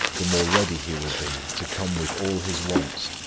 the more ready he will be to come with all his wants,